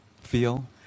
feel